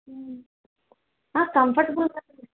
కంఫర్టబుల్గా ఉంది